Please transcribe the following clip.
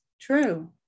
true